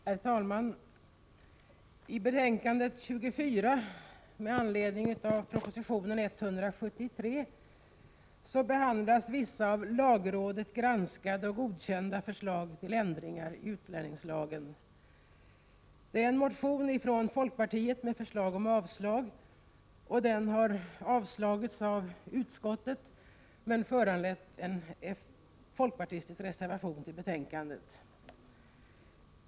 Herr talman! I betänkandet 24 med anledning av proposition 173 behandlas vissa av lagrådet granskade och godkända förslag till ändringar i utlänningslagen. En motion har väckts av folkpartiet som yrkar avslag på propositionen. Den har avstyrkts av utskottet, men föranlett en folkpartistisk reservation till betänkandet.